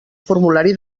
formulari